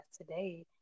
today